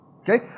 Okay